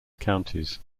counties